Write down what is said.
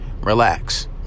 relax